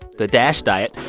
the dash diet,